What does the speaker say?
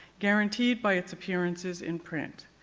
guaranteed by its appearances in print.